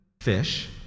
fish